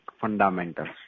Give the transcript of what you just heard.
fundamentals